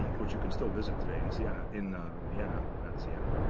which you can still visit today in sienna in vienna, not sienna